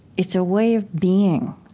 it's a way of being,